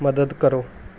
ਮਦਦ ਕਰੋ